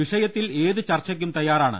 വിഷയത്തിൽ ഏത് ചർച്ചയ്ക്കും തയാറാണ്